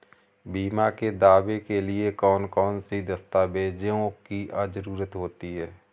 बीमा के दावे के लिए कौन कौन सी दस्तावेजों की जरूरत होती है?